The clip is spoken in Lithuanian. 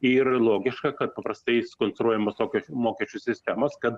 ir logiška kad paprastai sukonstruojamos tokios mokesčių sistemos kad